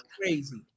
crazy